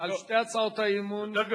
על שתי הצעות האי-אמון, לא.